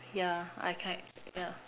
yeah I kite yeah